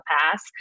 pass